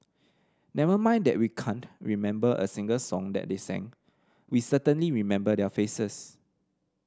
never mind that we can't remember a single song that they sang we certainly remember their faces